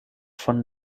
von